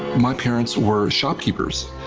my parents were shopkeepers,